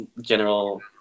general